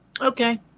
okay